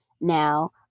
now